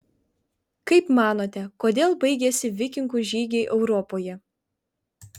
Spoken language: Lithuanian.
kaip manote kodėl baigėsi vikingų žygiai europoje